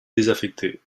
désaffecté